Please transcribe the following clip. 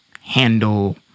handle